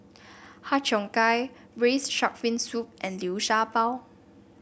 Har Cheong Gai Braised Shark Fin Soup and Liu Sha Bao